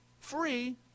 free